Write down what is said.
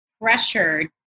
pressured